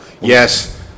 Yes